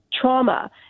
trauma